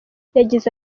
yagize